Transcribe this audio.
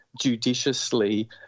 judiciously